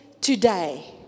today